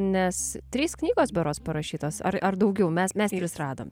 nes trys knygos berods parašytos ar ar daugiau mes mes tris radom